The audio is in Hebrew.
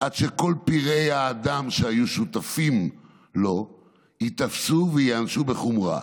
עד שכל פראי האדם שהיו שותפים לו ייתפסו וייענשו בחומרה.